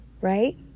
right